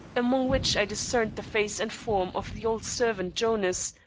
among which i discerned the face and form of the old servant jonas,